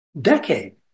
decade